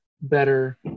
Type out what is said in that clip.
better